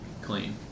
clean